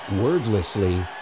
Wordlessly